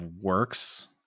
works